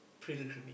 pilgrimage